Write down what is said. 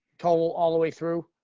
total all the way through.